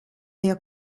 der